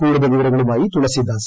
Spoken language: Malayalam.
കൂടുതൽ വിവരങ്ങളുമായി തുളസിദാസ്